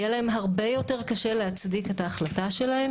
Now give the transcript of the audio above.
יהיה להם הרבה יותר קשה להצדיק את ההחלטה שלהם